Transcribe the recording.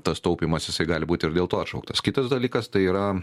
tas taupymas jisai gali būt ir dėl to atšauktas kitas dalykas tai yra